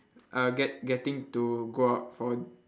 uh get getting to go out for